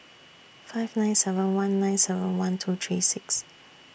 five nine seven one nine seven one two three six